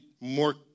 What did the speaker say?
more